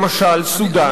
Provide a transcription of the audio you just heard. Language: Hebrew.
למשל סודן,